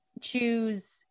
choose